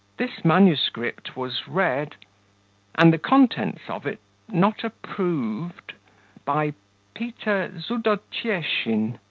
this manuscript was read and the contents of it not approved by peter zudotyeshin